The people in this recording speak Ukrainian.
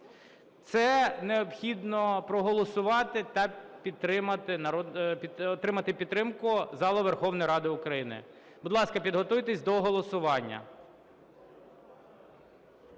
Це необхідно проголосувати та отримати підтримку залу Верховної Ради України. Будь ласка, підготуйтесь до голосування.